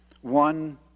One